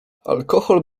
alkohol